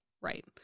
Right